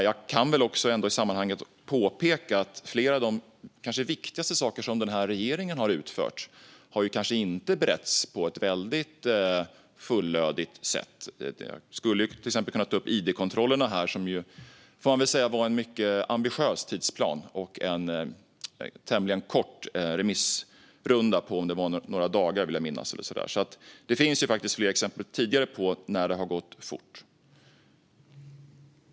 Jag kan väl ändå i sammanhanget påpeka att flera av de kanske viktigaste saker som den här regeringen har utfört inte har beretts på ett helt fullödigt sätt. Jag skulle till exempel kunna ta upp id-kontrollerna, som ju hade en mycket ambitiös tidsplan och tämligen kort remisstid, några dagar vill jag minnas. Det finns alltså flera tidigare exempel där det har gått fort.